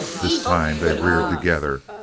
this time they reared together,